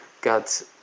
got